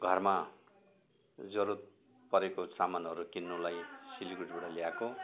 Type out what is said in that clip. घरमा जरुरत परेको सामानहरू किन्नुलाई सिलिगुडीबाट ल्याएको